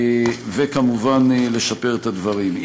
וכמובן, לשפר את הדברים.